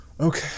okay